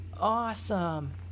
Awesome